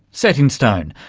set in stone,